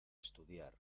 estudiar